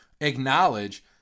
acknowledge